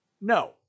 no